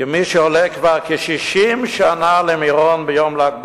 כמי שעולה כבר כ-60 שנה למירון ביום ל"ג בעומר,